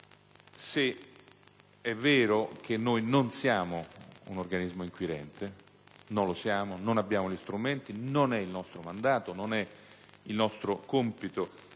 È vero che noi non siamo un organismo inquirente: non lo siamo, non abbiamo gli strumenti e non è né il nostro mandato né il nostro compito